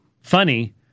funny